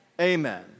Amen